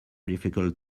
difficult